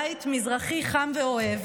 בית מזרחי חם ואוהב,